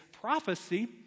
prophecy